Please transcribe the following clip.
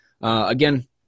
Again